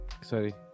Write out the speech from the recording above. sorry